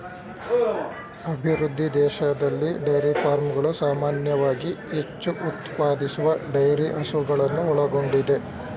ಅಭಿವೃದ್ಧಿ ದೇಶದಲ್ಲಿ ಡೈರಿ ಫಾರ್ಮ್ಗಳು ಸಾಮಾನ್ಯವಾಗಿ ಹೆಚ್ಚು ಉತ್ಪಾದಿಸುವ ಡೈರಿ ಹಸುಗಳನ್ನು ಒಳಗೊಂಡಿದೆ